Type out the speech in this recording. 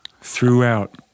throughout